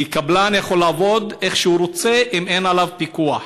כי קבלן יכול לעבוד איך שהוא רוצה אם אין עליו פיקוח.